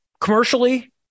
Commercially